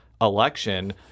election